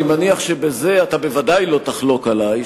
אני מניח שבזה אתה בוודאי לא תחלוק עלי,